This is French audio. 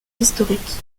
historiques